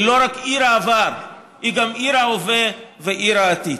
היא לא רק עיר העבר, היא גם עיר ההווה ועיר העתיד.